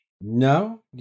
No